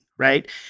right